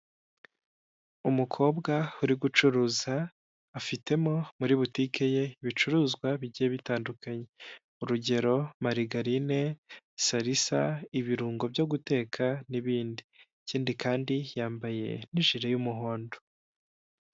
Umukobwa uri gucuruza afitemo muri butike ye ibicuruzwa bigiye bitandukanye urugero marigarine, salisa, ibirungo byo guteka n'ibindi. Ikindi kandi yambaye n'ijire y'umuhondo.